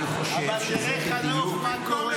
אני חושב שזה בדיוק --- תראה, חנוך, מה קורה.